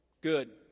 Good